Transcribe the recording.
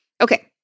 Okay